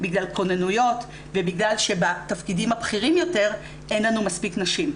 בגלל כוננויות ובגלל שבתפקידים הבכירים יותר אין לנו מספיק נשים.